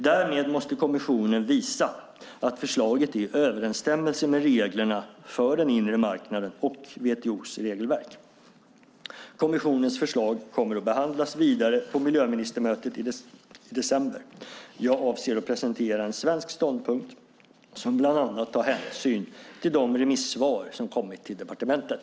Därmed måste kommissionen visa att förslaget är i överensstämmelse med reglerna för den inre marknaden och WTO:s regelverk. Kommissionens förslag kommer att behandlas vidare på miljöministermötet i december. Jag avser att presentera en svensk ståndpunkt som bland annat tar hänsyn till de remissvar som kommit till departementet.